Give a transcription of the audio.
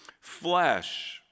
flesh